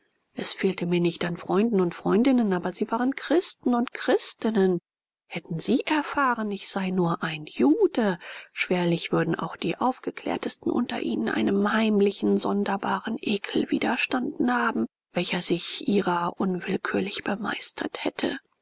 es fehlte mir nicht an freunden und freundinnen aber sie waren christen und christinnen hätten sie erfahren ich sei nur ein jude schwerlich würden auch die aufgeklärtesten unter ihnen einem heimlichen sonderbaren ekel widerstanden haben welcher sich ihrer unwillkürlich bemeistert hätte